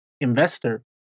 investor